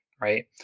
right